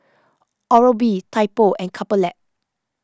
Oral B Typo and Couple Lab